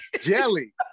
Jelly